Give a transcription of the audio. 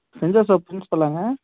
saint Joseph ப்ரின்ஸ்பல்லாங்க